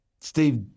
Steve